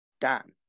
Dan